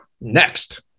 next